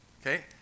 Okay